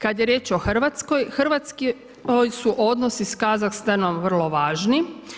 Kada je riječ o Hrvatskoj, hrvatski su odnosi sa Kazahstanom vrlo važni.